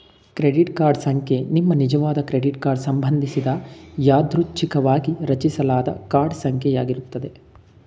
credit card ಸಂಖ್ಯೆ ನಿಮ್ಮನಿಜವಾದ credit card ಸಂಬಂಧಿಸಿದ ಯಾದೃಚ್ಛಿಕವಾಗಿ ರಚಿಸಲಾದ ಕಾರ್ಡ್ ಸಂಖ್ಯೆ ಯಾಗಿರುತ್ತೆ